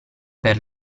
per